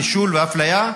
הנישול והאפליה,